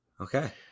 Okay